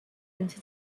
into